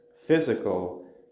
physical